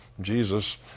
Jesus